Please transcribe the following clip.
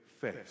face